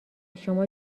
شما